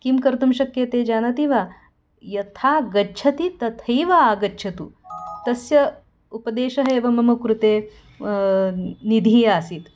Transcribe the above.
किं कर्तुं शक्यते जानाति वा यथा गच्छति तथैव आगच्छतु तस्य उपदेशः एव मम कृते निधिः आसीत्